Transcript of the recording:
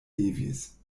levis